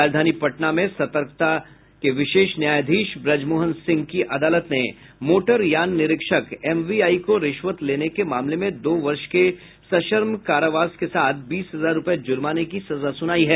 राजधानी पटना में सतर्कता ट्रैप के विशेष न्यायाधीश ब्रजमोहन सिंह की अदालत ने मोटर यान निरीक्षक एमवीआई को रिश्वत लेने के मामले में दो वर्ष के सश्रम कारावास के साथ बीस हजार रुपये जुर्माने की सजा सुनाई है